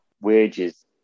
wages